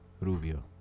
Rubio